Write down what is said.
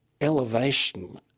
elevation